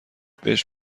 بهش